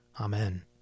Amen